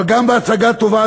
אבל גם בהצגה טובה,